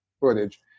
footage